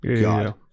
God